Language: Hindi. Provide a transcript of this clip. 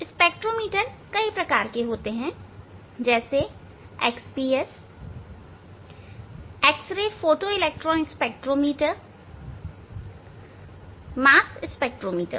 स्पेक्ट्रोमीटर कई प्रकार के होते हैं जैसे X P S X ray photo electron spectrometer mass spectrometer